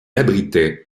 abritait